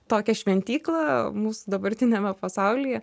tokią šventyklą mūsų dabartiniame pasaulyje